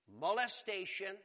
Molestation